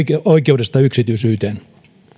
oikeudesta yksityisyyteen